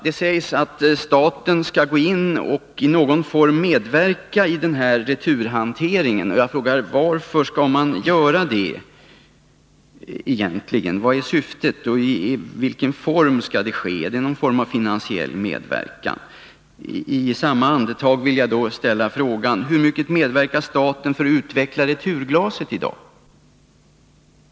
Det sägs att staten skall gå in och i någon form medverka i den här returhanteringen. Jag frågar: Varför skall man göra det? Vad är syftet och i vilken form skall det ske? Är det fråga om en form av finansiell medverkan? I samma andetag vill jag då ställa frågan: Hur mycket medverkar staten i dag för att utveckla returglaset?